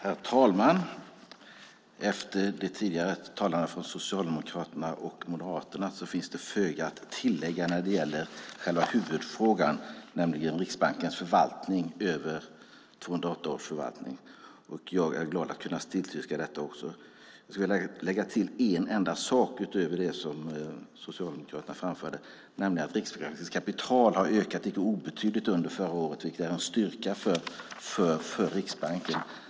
Herr talman! Efter de tidigare talarna från Socialdemokraterna och Moderaterna finns det föga att tillägga när det gäller själva huvudfrågan, Riksbankens förvaltning 2008. Jag är glad att kunna tillstyrka den. Jag vill bara lägga till en enda sak utöver det som Socialdemokraterna framförde, nämligen att Riksbankens kapital ökat icke obetydligt under förra året vilket är en styrka för Riksbanken.